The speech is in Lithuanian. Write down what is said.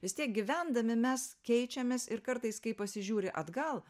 vis tiek gyvendami mes keičiamės ir kartais kai pasižiūri atgal